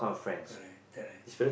correct correct